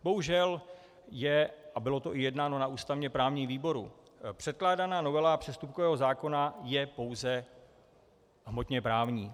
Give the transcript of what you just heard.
Bohužel a bylo o tom i jednáno na ústavněprávním výboru předkládána novela přestupkového zákona je pouze hmotněprávní.